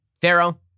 Pharaoh